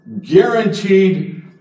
guaranteed